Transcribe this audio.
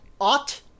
Ought